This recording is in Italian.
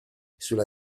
sulla